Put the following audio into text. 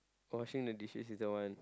washing the dishes is the one